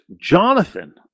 Jonathan